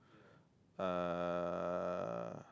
uh